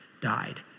died